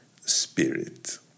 spirit